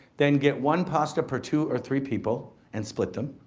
then, get one pasta per two or three people and split them.